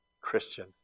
Christian